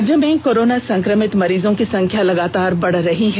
राज्य में कोरोना संक्रमित मरीजों की संख्या लगातार बढ़ रही है